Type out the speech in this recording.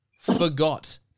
Forgot